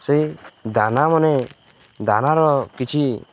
ସେଇ ଦାନା ମାନେ ଦାନାର କିଛି